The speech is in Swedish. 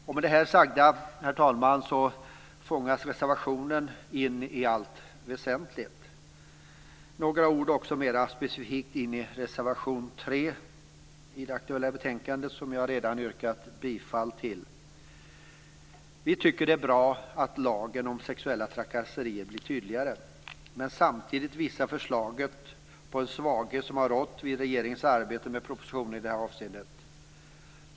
Med det här sagda, herr talman, fångas reservationen in i allt väsentligt. Jag vill också säga några ord mer specifikt om reservation 3, som jag redan har yrkat bifall till, i det aktuella betänkandet. Vi tycker att det är bra att lagen om sexuella trakasserier blir tydligare. Men samtidigt visar förslaget på en svaghet som har rått vid regeringens arbete med propositionen i det här avseendet.